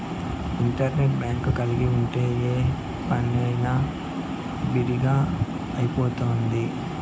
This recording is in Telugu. ఇంటర్నెట్ బ్యాంక్ కలిగి ఉంటే ఏ పనైనా బిరిగ్గా అయిపోతుంది